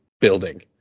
building